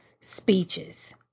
speeches